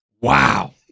Wow